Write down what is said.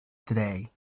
today